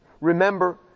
Remember